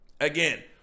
Again